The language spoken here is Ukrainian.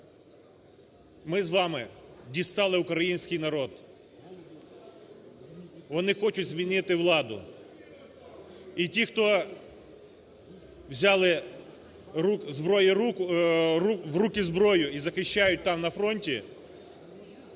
Ми з вами дістали український народ. Вони хочуть змінити владу. І ті, хто взяли в руки зброю, і захищають там, на фронді,